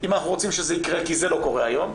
אם אנחנו רוצים שזה יקרה, כי זה לא קורה היום.